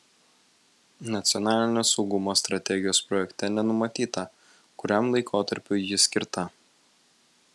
nacionalinio saugumo strategijos projekte nenumatyta kuriam laikotarpiui ji skirta